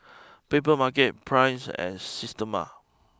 Papermarket Praise and Systema